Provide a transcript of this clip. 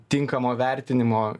tinkamo vertinimo